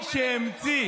שמי שהמציא,